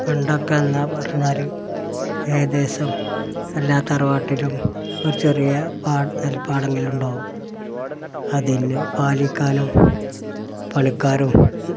പണ്ടക്കെന്താണ് പറഞ്ഞാല് ഏകദേശം എല്ലാ തറവാട്ടിലും ഒരു ചെറിയ നെൽപാടമെങ്കിലുമുണ്ടാവും അതിന് വാല്യക്കാരും പണിക്കാരും